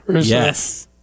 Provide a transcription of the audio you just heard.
Yes